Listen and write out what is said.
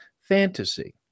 fantasy